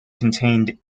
contained